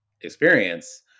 experience